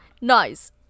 nice